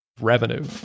revenue